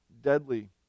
deadly